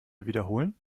wiederholen